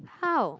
how